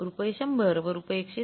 रुपये 100 व रुपये 160